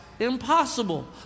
impossible